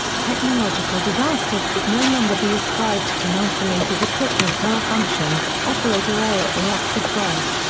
technological disasters could no longer be ascribed to isolated equipment malfunction, operator error or acts of god.